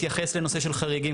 מתייחס לנושא של חריגים,